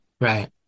Right